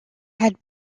had